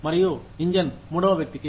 మరియు ఇంజన్ మూడవ వ్యక్తికి